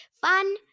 Fun